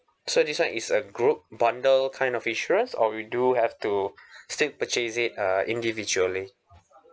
so this one is a group bundle kind of insurance or we do have to still purchase it uh individually